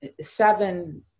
seven